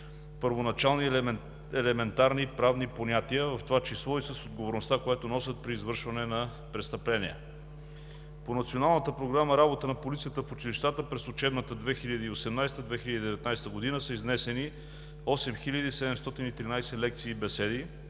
първоначални елементарни правни понятия, в това число и с отговорността, която носят при извършване на престъпления. По Националната програма „Работа на полицията в училищата“ през учебната 2018 – 2019 г. са изнесени 8713 лекции и беседи